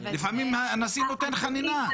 לפעמים הנשיא נותן חנינה.